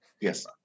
Yes